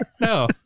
No